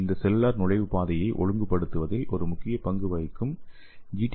இந்த செல்லுலார் நுழைவு பாதையை ஒழுங்குபடுத்துவதில் முக்கிய பங்கு வகிக்கும் ஜி